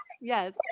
yes